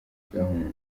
gahunda